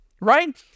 right